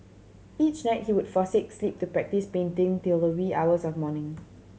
each night he would forsake sleep to practise painting till the wee hours of morning